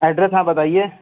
address ہاں بتائیے